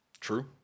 True